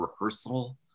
rehearsal